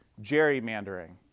gerrymandering